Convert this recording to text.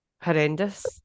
horrendous